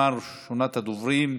1552,